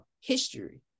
History